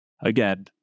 Again